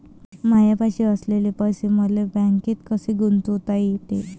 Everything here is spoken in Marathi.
मायापाशी असलेले पैसे मले बँकेत कसे गुंतोता येते?